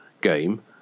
game